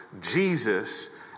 Jesus